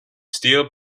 steel